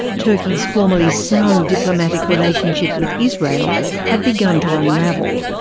turkey's formerly sound diplomatic relationship with israel had begun to unravel.